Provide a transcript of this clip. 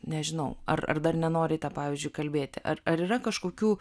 nežinau ar ar dar nenorite pavyzdžiui kalbėti ar ar yra kažkokių